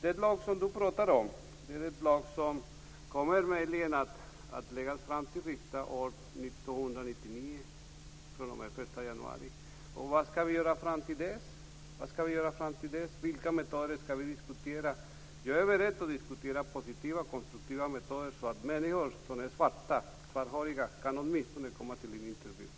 Den lag Leif Blomberg talade om kommer möjligen att läggas fram för riksdagen den 1 januari 1999. Och vad skall vi göra fram till dess? Vilka metoder skall vi diskutera? Jag är beredd att diskutera positiva, konstruktiva metoder så att svarthåriga människor åtminstone kan komma till en intervju.